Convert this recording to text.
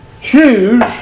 choose